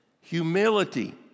humility